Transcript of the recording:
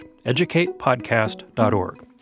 educatepodcast.org